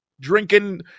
drinking